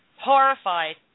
horrified